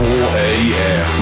4am